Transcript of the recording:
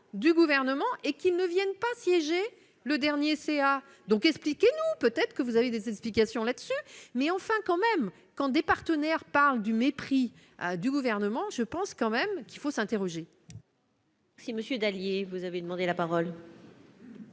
du gouvernement et qui ne viennent pas siéger le dernier CA donc expliquer peut-être que vous avez des explications là- dessus mais enfin quand même quand département parle du mépris du gouvernement je pense quand même qu'il faut s'interroger. Si monsieur Dallier, vous avez demandé la parole.